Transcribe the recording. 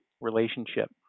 relationship